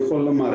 אני יכול לומר.